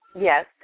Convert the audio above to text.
Yes